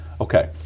Okay